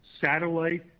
satellite